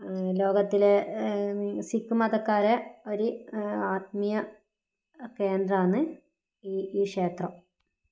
ലോകത്തിലെ സിക്ക് മതക്കാരെ ഒരു ആത്മീയ കേന്ദ്രമാണ് ഈ ഈ ക്ഷേത്രം